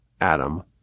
Adam